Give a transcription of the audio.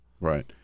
Right